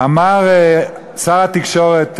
אמר שר התקשורת